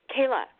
Kayla